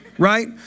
Right